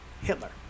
Hitler